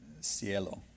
Cielo